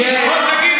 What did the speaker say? בוא תגיב בצורה,